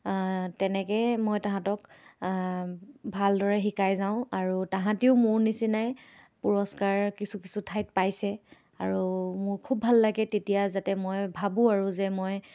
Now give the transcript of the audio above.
তেনেকৈয়ে মই তাহাঁতক ভালদৰে শিকাই যাওঁ আৰু তাহাঁতিও মোৰ নিচিনাই পুৰস্কাৰ কিছু কিছু ঠাইত পাইছে আৰু মোৰ খুব ভাল লাগে তেতিয়া যাতে মই ভাবোঁ আৰু যে মই